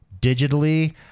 digitally